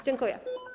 Dziękuję.